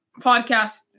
podcast